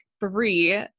three